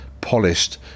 polished